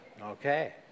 Okay